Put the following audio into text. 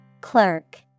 Clerk